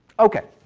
okay.